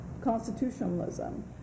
constitutionalism